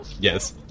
Yes